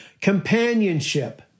Companionship